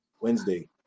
Wednesday